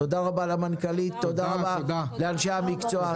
תודה למנכ"לית ולאנשי המקצוע.